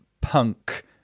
punk